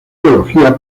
teología